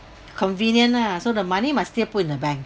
convenient ah so the money must still put in the bank